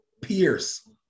Pierce